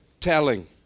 telling